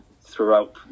Throughout